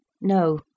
No